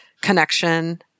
connection